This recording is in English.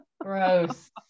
gross